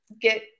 get